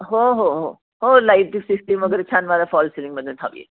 हो हो हो हो लाईटची सिस्टीम वगैरे छान मला फॉल सीलिंगमध्येच हवी आहे